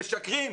משקרים.